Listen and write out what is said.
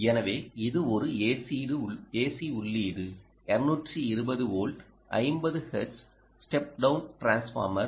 எனவே இது ஒரு ஏசி உள்ளீடு 220 volt 50 hertz step down transformer